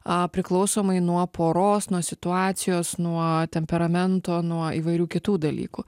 a priklausomai nuo poros nuo situacijos nuo temperamento nuo įvairių kitų dalykų